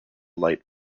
light